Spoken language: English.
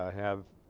ah have